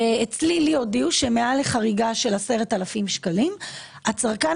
לי הודיעו שמעל חריגה של 10,000 שקלים הצרכן